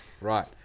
right